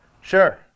Sure